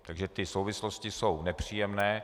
Takže ty souvislosti jsou nepříjemné.